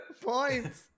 Points